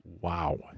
wow